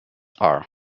are